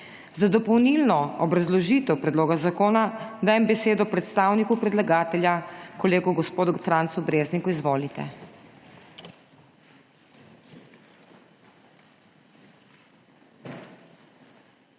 Za dopolnilno obrazložitev Predloga zakona dajem besedo predstavniku predlagatelja kolegu gospodu Francu Brezniku. Izvolite!